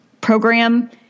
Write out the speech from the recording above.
program